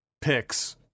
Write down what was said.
picks